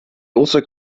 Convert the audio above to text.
also